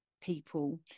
people